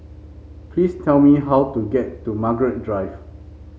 please tell me how to get to Margaret Drive